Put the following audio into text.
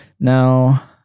Now